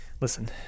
Listen